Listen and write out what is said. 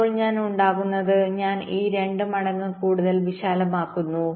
ഇപ്പോൾ ഞാൻ ഉണ്ടാക്കുന്നത് ഞാൻ അത് 2 മടങ്ങ് കൂടുതൽ വിശാലമാക്കുന്നു